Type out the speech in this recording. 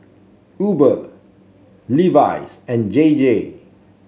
Uber Levi's and J J